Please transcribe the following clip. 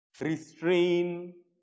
Restrain